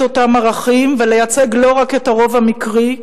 אותם ערכים ולייצג לא רק את הרוב המקרי,